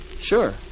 Sure